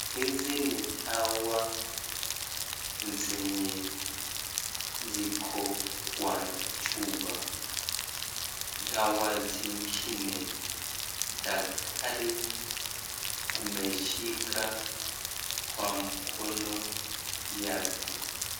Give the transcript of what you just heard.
Hizi ni dawa zenye ziko kwa juba, Dawa zingine daktari ameshika kwa mkono wake.